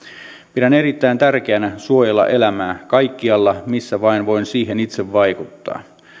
pidän erittäin tärkeänä suojella elämää kaikkialla missä vain voin siihen itse vaikuttaa